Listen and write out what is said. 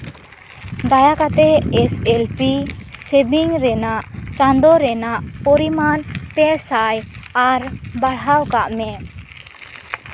ᱫᱟᱭᱟ ᱠᱟᱛᱮ S L P ᱥᱮᱵᱷᱤᱝ ᱨᱮᱱᱟᱜ ᱪᱟᱸᱫᱚ ᱨᱮᱱᱟᱜ ᱯᱚᱨᱤᱢᱟᱱ ᱯᱮ ᱥᱟᱭ ᱟᱨ ᱵᱟᱲᱦᱟᱣ ᱠᱟᱜᱼᱢᱮ